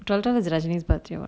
twelve twelve is ramsey birthday [what]